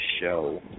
show